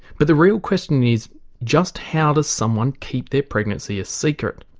but the real question is just how does someone keep their pregnancy a secret?